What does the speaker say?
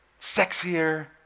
sexier